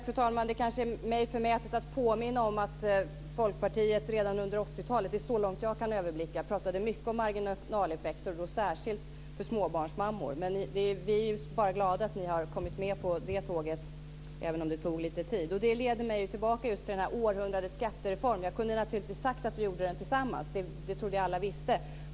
Fru talman! Det kanske är mig förmätet att påminna om att Folkpartiet redan under 80-talet - det är så långt tillbaka som jag kan överblicka - talade mycket om marginaleffekter, och då särskilt för småbarnsmammor. Men vi är bara glada att ni har kommit med på det tåget, även om det tog lite tid. Detta leder mig tillbaka till århundradets skattereform. Jag kunde naturligtvis ha sagt att vi gjorde den tillsammans. Det trodde jag att alla visste.